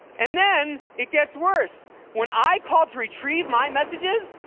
and then it gets worse when i call to retrieve my messages,